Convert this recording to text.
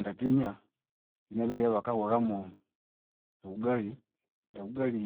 Nge Kenya yine ebyalya ebyabakahulhamu ugali. E ugali